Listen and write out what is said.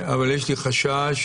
אבל יש לי חשש